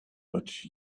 but